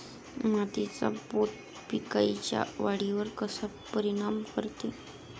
मातीचा पोत पिकाईच्या वाढीवर कसा परिनाम करते?